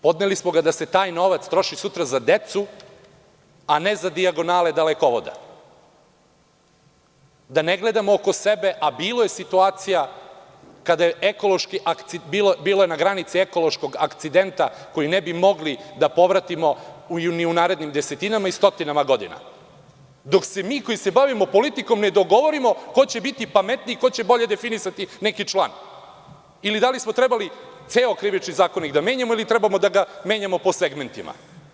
Podneli smo ga da se taj novac troši sutra za decu, a ne za dijagonale dalekovoda, da ne gledamo oko sebe, a bilo je situacija kada je bila na granici ekološkog akcidenta koji ne bi mogli da povratimo ni u narednim desetinama i stotinama godina, dok se mi koji se bavimo politikom ne dogovorimo ko će biti pametniji i ko će bolje definisati neki član ili da li smo trebali ceo Krivični zakonik da menjamo ili treba da ga menjamo po segmentima.